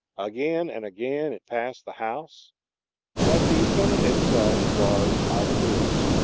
again and again it passed the house but the senate itself was obdurate.